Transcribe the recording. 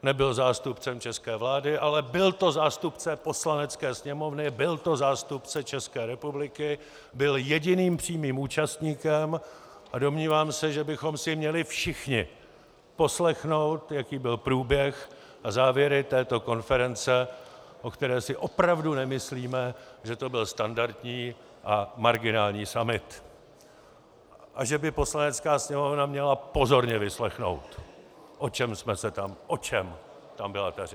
Nebyl zástupcem české vlády, ale byl to zástupce Poslanecké sněmovny, byl to zástupce České republiky, byl jediným přímým účastníkem a domnívám se, že bychom si měli všichni poslechnout, jaký byl průběh a závěry této konference, o které si opravdu nemyslíme, že to byl standardní a marginální summit, a že by Poslanecká sněmovna měla pozorně vyslechnout, o čem tam byla řeč.